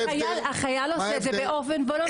החייל עושה את זה באופן וולונטרי.